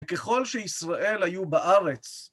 ככל שישראל היו בארץ